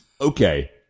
Okay